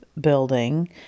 building